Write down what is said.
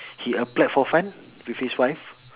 he applied for fun with his wife